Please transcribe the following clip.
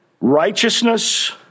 Righteousness